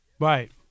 Right